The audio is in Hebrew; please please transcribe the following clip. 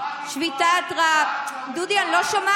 ובעיקר בנוגע